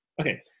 Okay